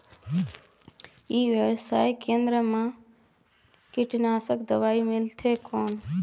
ई व्यवसाय केंद्र मा कीटनाशक दवाई मिलथे कौन?